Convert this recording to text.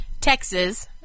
Texas